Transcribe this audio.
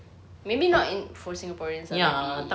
maybe not in for singaporeans ah maybe